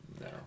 No